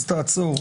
אז תעצור.